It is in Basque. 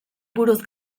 buruz